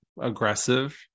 aggressive